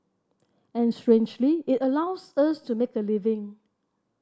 and strangely it allows us to make a living